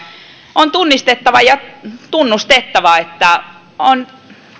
on tunnistettava ja tunnustettava että kunnissa on